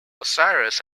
osiris